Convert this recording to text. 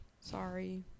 Sorry